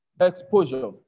exposure